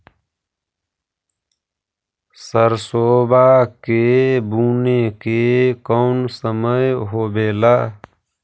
सरसोबा के बुने के कौन समय होबे ला?